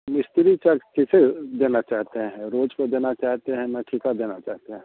मिस्त्री कर कैसे जानना चाहते हैं रोज़ का जानना चाहते हैं या ठेका देना चाहते हैं